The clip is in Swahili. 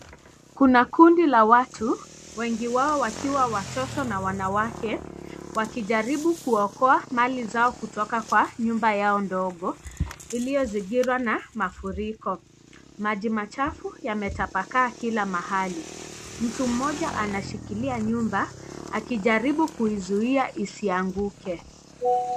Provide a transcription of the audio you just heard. Kuna kundi la watu, wengi wao wakiwa watoto na wanawake, wakijaribu kuokoa mali zao kutoka kwa nyumba yao ndogo, Iliyozingirwa na mafuriko. Maji machafu, yametapakaa kila mahali. Mtu mmoja anashikilia nyumba akijaribu kuizuia isianguke.